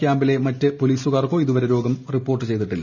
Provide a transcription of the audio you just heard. കൃാംപിലെ മറ്റു പൊലീസുകാർക്കോ ഇതുവരെ രോഗം റിപ്പോർട്ട് ചെയ്തിട്ടില്ല